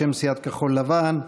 בשם סיעת כחול לבן,